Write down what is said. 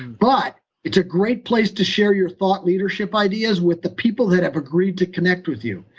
but it's a great place to share your thoughts, leadership ideas with the people that have agreed to connect with you.